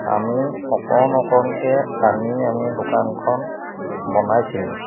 আমি অকণ অকণকৈ আনি আমি দোকানখন বনাইছিলোঁ